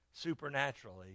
supernaturally